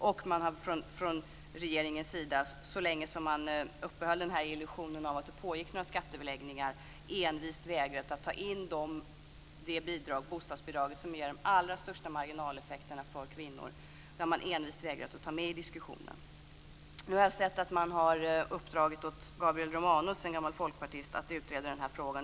Så länge som man i regeringen uppehöll illusionen av att det pågick några skatteöverläggningar vägrade man envist att ta in det bidrag, bostadsbidraget, som ger de allra största marginaleffekterna för kvinnor. Det har man envist vägrat att ta med i diskussionen. Nu har jag sett att man uppdragit åt Gabriel Romanus, en gammal folkpartist, att utreda den här frågan.